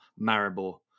Maribor